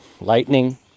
lightning